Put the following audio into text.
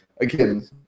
Again